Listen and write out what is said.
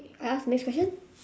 I ask the next question